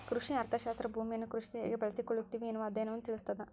ಕೃಷಿ ಅರ್ಥಶಾಸ್ತ್ರ ಭೂಮಿಯನ್ನು ಕೃಷಿಗೆ ಹೇಗೆ ಬಳಸಿಕೊಳ್ಳುತ್ತಿವಿ ಎನ್ನುವ ಅಧ್ಯಯನವನ್ನು ತಿಳಿಸ್ತಾದ